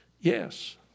Yes